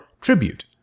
tribute